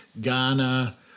Ghana